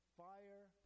fire